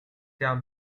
香槟